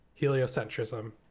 heliocentrism